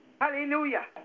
Hallelujah